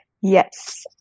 yes